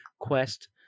Quest